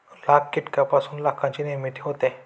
लाख कीटकांपासून लाखाची निर्मिती होते